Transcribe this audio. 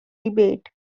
debate